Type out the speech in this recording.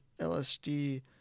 LSD